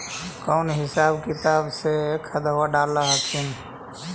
कौन हिसाब किताब से खदबा डाल हखिन?